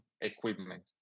equipment